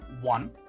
One